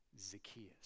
Zacchaeus